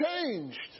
changed